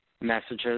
messages